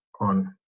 on